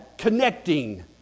connecting